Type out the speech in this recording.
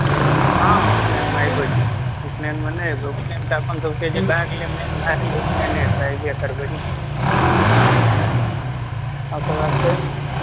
हँ उपनयनमे एबै की उपनयनमे नहि एबै उपनयनमे तऽ अपन सबके जे भए गेलै मेन भए गेलै उपनयने त एबै करबै उपनयन मे ओकर बाद फेर